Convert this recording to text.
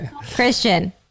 Christian